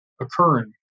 occurring